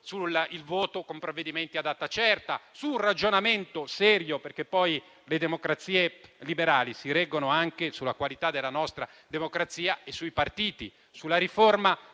sul voto con provvedimenti a data certa e su un ragionamento serio. Le democrazie liberali si reggono anche sulla qualità della nostra democrazia e sui partiti. Riguardo la riforma